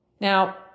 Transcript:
Now